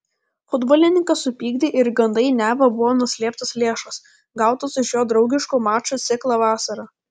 futbolininką supykdė ir gandai neva buvo nuslėptos lėšos gautos už jo draugiškų mačų ciklą vasarą